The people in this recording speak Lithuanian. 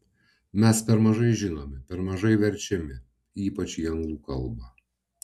mes per mažai žinomi per mažai verčiami ypač į anglų kalbą